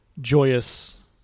joyous